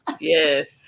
yes